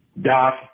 Doc